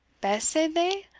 bess, said they?